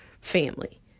family